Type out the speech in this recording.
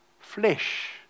flesh